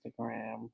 Instagram